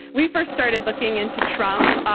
we first started looking into trump,